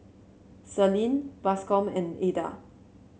Celine Bascom and Eda